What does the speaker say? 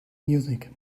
music